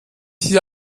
hier